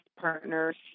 partners